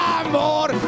amor